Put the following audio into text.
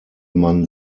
man